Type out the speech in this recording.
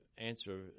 answer